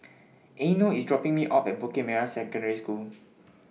Eino IS dropping Me off At Bukit Merah Secondary School